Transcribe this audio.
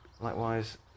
likewise